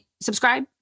subscribe